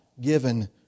given